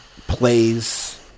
plays